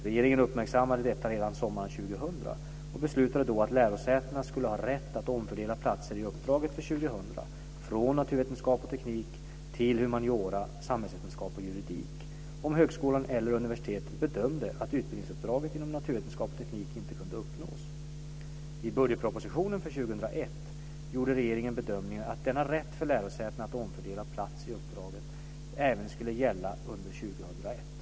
Regeringen uppmärksammade detta redan sommaren 2000 och beslutade då att lärosätena skulle ha rätt att omfördela platser i uppdraget för 2000 från naturvetenskap och teknik till humaniora, samhällsvetenskap och juridik, om högskolan eller universitetet bedömde att utbildningsuppdraget inom naturvetenskap och teknik inte kunde uppnås. I budgetpropositionen för 2001 gjorde regeringen bedömningen att denna rätt för lärosätena att omfördela platser i uppdraget även skulle gälla under 2001.